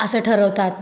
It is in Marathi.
असं ठरवतात